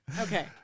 Okay